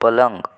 पलंग